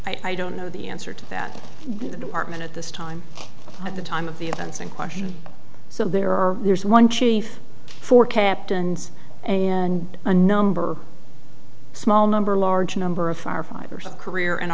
there i don't know the answer to that in the department at this time at the time of the events in question so there are there is one chief for captains and a number small number large number of firefighters career and